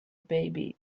baby